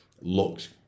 looks